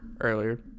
earlier